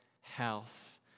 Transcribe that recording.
house